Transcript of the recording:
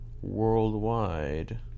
Worldwide